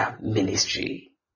ministry